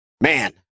Man